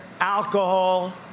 alcohol